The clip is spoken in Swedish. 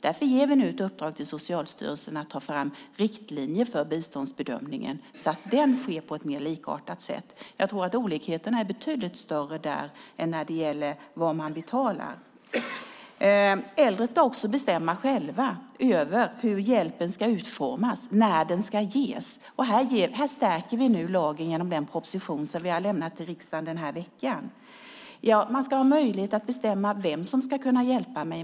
Därför ger vi nu ett uppdrag till Socialstyrelsen att ta fram riktlinjer för biståndsbedömningen, så att den sker på ett mer likartat sätt. Jag tror att olikheterna är betydligt större där än när det gäller hur mycket man betalar. Äldre ska också bestämma själva över hur hjälpen ska utformas och när den ska ges. Här stärker vi lagen genom den proposition som vi har lämnat till riksdagen den här veckan. Man ska ha möjlighet att bestämma vem som ska kunna hjälpa en.